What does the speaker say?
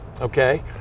okay